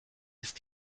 ist